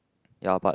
ya but